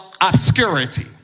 obscurity